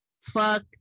fuck